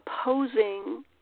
opposing